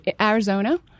Arizona